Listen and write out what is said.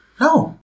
No